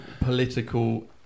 political